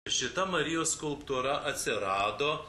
šita marijos skulptūra atsirado